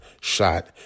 shot